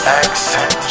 accent